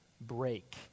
break